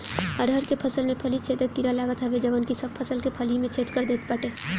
अरहर के फसल में फली छेदक कीड़ा लागत हवे जवन की सब फसल के फली में छेद कर देत बाटे